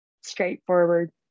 straightforward